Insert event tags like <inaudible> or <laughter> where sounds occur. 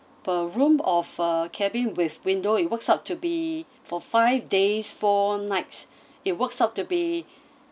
per room of a cabin with window it works out to be for five days four nights <breath> it works out to be <breath>